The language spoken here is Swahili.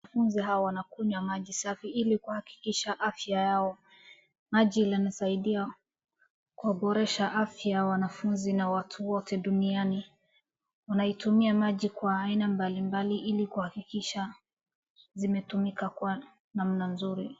Wanafunzi hawa wanakunywa maji safi ili kuhakikisha afya yao. Maji yanasaidia kuboresha afya ya wanafunzi na watu wote duniani. Wanaitumia maji kwa aina mbali mbali ili kuhakikisha inatumika kwa namna nzuri.